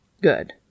Good